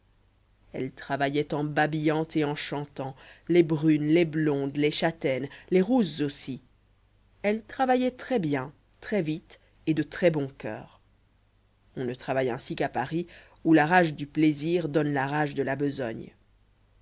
elles travaillaient en babillant et en chantant les brunes les blondes les châtaines les rousses aussi elles travaillaient très bien très vite et de très bon coeur on ne travaille ainsi qu'à paris où la rage du plaisir donne la rage de la besogne